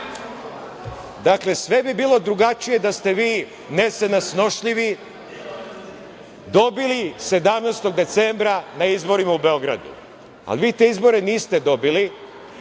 sve bi bilo drugačije da ste vi nesnsnošljivi dobili 17. decembra na izborima u Beogradu, ali vi te izbore niste dobili